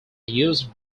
used